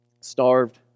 starved